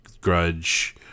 grudge